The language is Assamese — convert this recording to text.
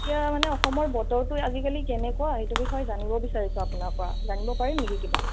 এতিয়া মানে অসমৰ বতৰটো আজিকালি কেনেকুৱা সেইটো বিষয়ে জানিব বিচাৰিছোঁ আপোনাৰ পৰা জানিব পাৰিম নেকি কিবা